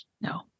No